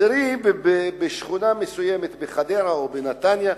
תראו, בשכונה מסוימת, בחדרה או בנתניה,